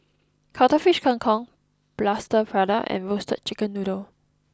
Cuttlefish Kang Kong Plaster Prata and Roasted Chicken Noodle